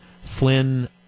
Flynn